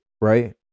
right